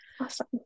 Awesome